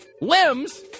limbs